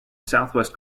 southwest